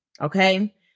okay